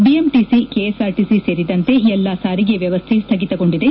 BMTC KSRTC ಸೇರಿದಂತೆ ಎಲ್ಲಾ ಸಾರಿಗೆ ವ್ಯವಸ್ಥೆ ಸ್ಥಗಿತಗೊಂಡಿದೆ